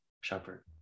shepherd